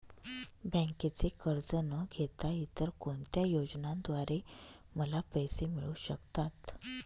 बँकेचे कर्ज न घेता इतर कोणत्या योजनांद्वारे मला पैसे मिळू शकतात?